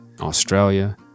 Australia